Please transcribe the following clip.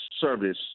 service